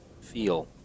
feel